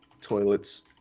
toilets